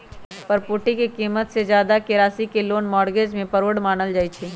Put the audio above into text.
property के कीमत से जादा के राशि के लोन मोर्गज में फरौड मानल जाई छई